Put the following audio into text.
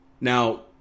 Now